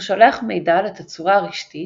הוא שולח מידע לתצורה הרשתית,